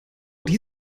die